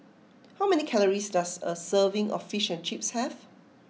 how many calories does a serving of Fish and Chips have